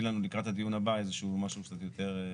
לנו לקראת הדיון הבא איזה שהוא משהו קצת יותר,